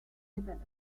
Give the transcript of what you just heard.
developed